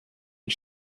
are